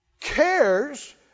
Cares